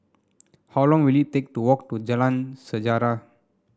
how long will it take to walk to Jalan Sejarah